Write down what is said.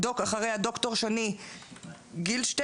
בוקר טוב ותודה רבה על רשות הדיבור.